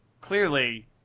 clearly